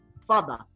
father